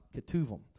Ketuvim